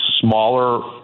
smaller